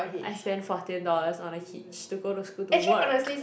I spent fourteen dollars on a hitch to go to school to work